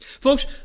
folks